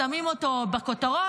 ושמים אותו בכותרות.